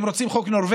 שהוא חייב